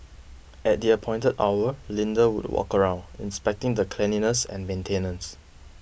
at the appointed hour Linda would walk around inspecting the cleanliness and maintenance